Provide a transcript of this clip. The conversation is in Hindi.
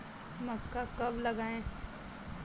मक्का कब लगाएँ?